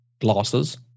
glasses